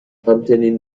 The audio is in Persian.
همچنین